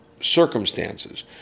circumstances